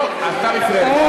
לא, השר הפריע לי.